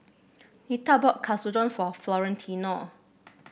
Nita bought Katsudon for Florentino